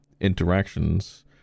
interactions